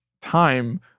time